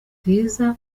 bwiza